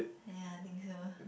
ya I think so